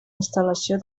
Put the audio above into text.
instal·lació